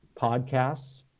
podcasts